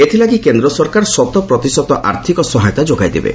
ଏଥିଲାଗି କେନ୍ଦ୍ର ସରକାର ଶତପ୍ରତିଶତ ଆର୍ଥିକ ସହାୟତା ଯୋଗାଇ ଦେବେ